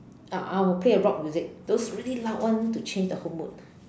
uh I will play a rock music those really loud one to change the whole mood